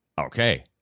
Okay